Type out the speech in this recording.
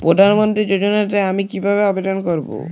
প্রধান মন্ত্রী যোজনাতে আমি কিভাবে আবেদন করবো?